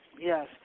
Yes